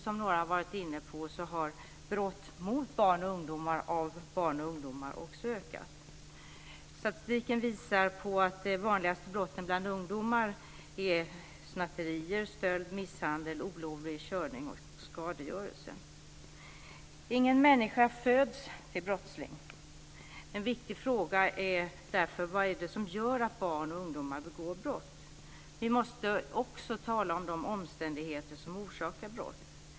Som några har varit inne på har brott mot barn och ungdomar av barn och ungdomar också ökat. Statistiken visar på att de vanligaste brotten bland ungdomar är snatterier, stöld, misshandel, olovlig körning och skadegörelse. Ingen människa föds till brottsling. En viktig fråga är därför: Vad är det som gör att barn och ungdomar begår brott? Vi måste också tala om de omständigheter som orsakar brott.